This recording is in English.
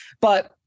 But-